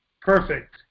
Perfect